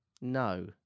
No